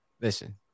Listen